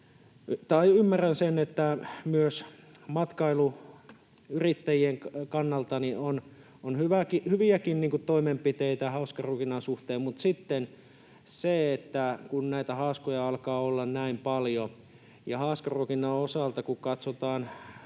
ymmärrän sen, että myös matkailuyrittäjien kannalta on hyviäkin toimenpiteitä haaskaruokinnan suhteen, mutta näitä haaskoja alkaa olla näin paljon, ja kun haaskaruokinnan osalta katsotaan